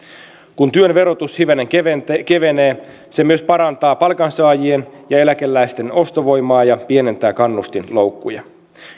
kun työn verotus hivenen kevenee se myös parantaa palkansaajien ja eläkeläisten ostovoimaa ja pienentää kannustinloukkuja